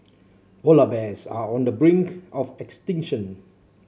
polar bears are on the brink of extinction